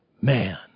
man